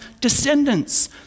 descendants